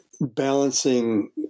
balancing